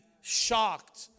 shocked